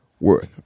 worth